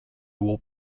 will